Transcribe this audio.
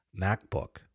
MacBook